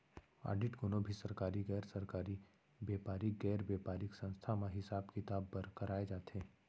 audit कोनो भी सरकारी, गैर सरकारी, बेपारिक, गैर बेपारिक संस्था म हिसाब किताब बर कराए जाथे